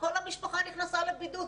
כל המשפחה נכנסה לבידוד,